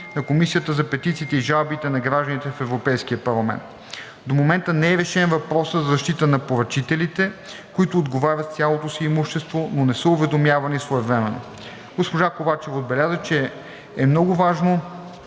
на Комисията за петициите и жалбите на гражданите в Европейския парламент. До момента не е решен въпросът за защитата на поръчителите, които отговарят с цялото си имущество, но не са уведомявани своевременно. Госпожа Ковачева отбеляза, че е много важно